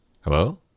Hello